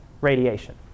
radiation